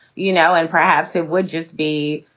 you know, and perhaps it would just be.